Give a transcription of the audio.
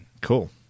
Cool